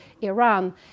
Iran